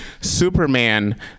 Superman